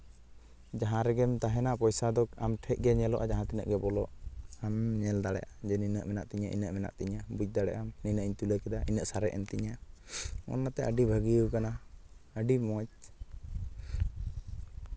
ᱡᱟᱦᱟᱸ ᱨᱮᱜᱮᱢ ᱛᱟᱦᱮᱱᱟ ᱯᱚᱭᱥᱟ ᱫᱚ ᱟᱢ ᱴᱷᱮᱡ ᱜᱮ ᱧᱮᱞᱚᱜᱼᱟ ᱡᱟᱦᱟᱸ ᱛᱤᱱᱟᱹᱜ ᱜᱮ ᱵᱚᱞᱚᱜ ᱟᱢᱮᱢ ᱧᱮᱞ ᱫᱟᱲᱮᱭᱟᱜᱼᱟ ᱡᱮ ᱱᱤᱱᱟᱹᱜ ᱤᱱᱟᱹᱜ ᱢᱮᱱᱟᱜ ᱛᱤᱧᱟ ᱤᱱᱟᱹᱜ ᱢᱮᱱᱟᱜ ᱛᱤᱧᱟᱹ ᱵᱩᱡᱽ ᱫᱟᱲᱮᱭᱟᱜᱼᱟᱢ ᱱᱤᱱᱟᱹᱜ ᱤᱧ ᱛᱩᱞᱟᱹᱣ ᱠᱮᱫᱟ ᱤᱱᱟᱹᱜ ᱥᱟᱨᱮᱡ ᱮᱱ ᱛᱤᱧᱟᱹ ᱚᱱᱼᱱᱟᱛᱮ ᱟᱹᱰᱤ ᱵᱷᱟᱜᱮᱣ ᱟᱠᱟᱱᱟ ᱟᱹᱰᱤ ᱢᱚᱡᱽ